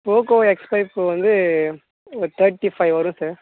Poco X five Pro வந்து ஒரு thirty five வரும் சார்